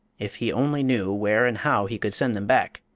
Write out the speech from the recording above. if he only knew where and how he could send them back!